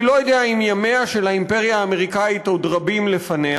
אני לא יודע אם ימיה של האימפריה האמריקנית עוד רבים לפניה.